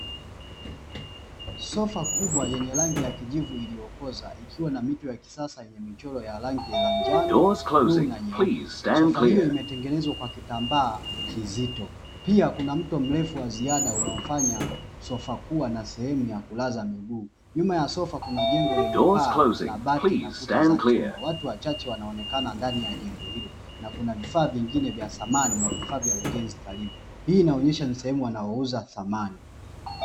Sofa kubwa yenye rangi ya kijivu iliyokoza ikiwa na mito ya kisasa yenye michoro ya rangi za njano, bluu na nyeupe. Sofa hiyo imetengenezwa kwa kitambaa kizito. Pia kuna mto mrefu wa ziada unaofanya sofa kuwa na sehemu ya kulaza miguu. Nyuma ya sofa kuna jengo lenye paa la bati na kuta za chuma. Watu wachache wanaonekana ndani ya jengo hilo na kuna vifaa vingine vya thamani na vifaa vya ujenzi karibu. Hii inaonyesha ni sehemu wanapouza samani.